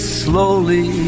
slowly